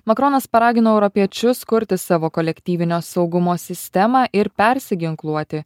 makronas paragino europiečius kurti savo kolektyvinio saugumo sistemą ir persiginkluoti